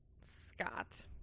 Scott